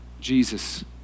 Jesus